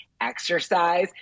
exercise